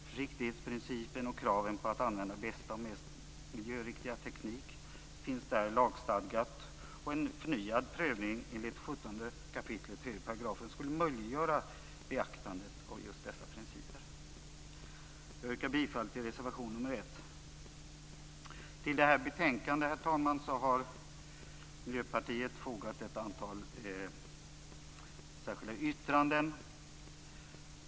Försiktighetsprincipen och kraven på att använda den bästa och mest miljöriktiga tekniken finns där lagstadgade och en förnyad prövning enligt 17 kap. 3 § skulle möjliggöra beaktande av just dessa principer. Jag yrkar bifall till reservation 1. Till det här betänkandet, herr talman, har Miljöpartiet fogat ett antal särskilda yttranden.